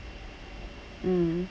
mm